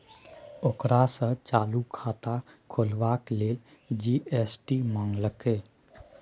ओकरा सँ चालू खाता खोलबाक लेल जी.एस.टी मंगलकै